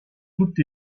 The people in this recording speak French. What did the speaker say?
toutes